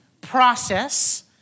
process